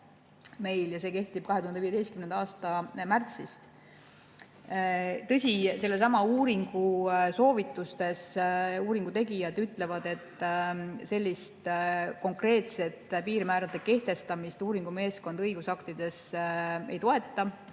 ja see kehtib 2015. aasta märtsist. Tõsi, selle sama uuringu soovitustes uuringu tegijad ütlevad, et konkreetset piirmäärade kehtestamist õigusaktides uuringu